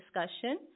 discussion